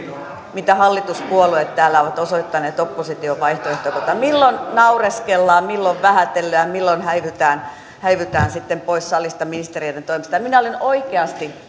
mitä hallituspuolueet täällä ovat osoittaneet opposition vaihtoehtoa kohtaan milloin naureskellaan milloin vähätellään milloin häivytään häivytään sitten pois salista ministereiden toimesta minä olen oikeasti